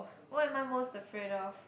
what am I most afraid of